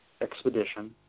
expedition